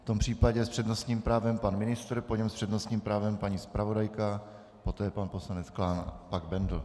V tom případě s přednostním právem pan ministr, po něm s přednostním právem paní zpravodajka, poté pan poslanec Klán a poslanec Bendl.